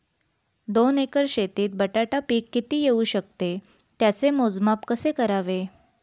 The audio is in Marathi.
दोन एकर शेतीत बटाटा पीक किती येवू शकते? त्याचे मोजमाप कसे करावे?